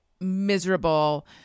miserable